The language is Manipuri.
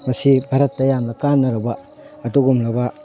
ꯃꯁꯤ ꯚꯥꯔꯠꯇ ꯌꯥꯝꯅ ꯀꯥꯟꯅꯔꯕ ꯑꯗꯨꯒꯨꯝꯂꯕ